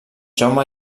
jaume